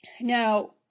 Now